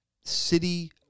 city